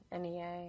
NEA